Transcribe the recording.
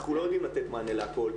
אנחנו לא יודעים לתת מענה לכול.